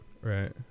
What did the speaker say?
Right